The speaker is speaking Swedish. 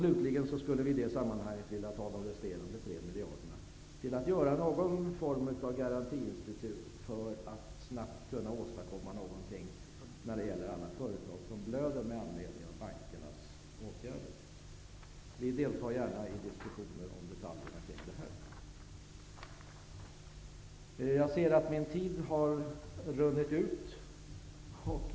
Slutligen skulle vi vilja ta de resterande 3 miljarderna till att inrätta någon form av garantiinstitut för att snabbt kunna åstadkomma någonting när det gäller alla företag som blöder med anledning av bankernas åtgärder. Vi deltar gärna i diskussioner. Jag ser att min taletid har runnit ut.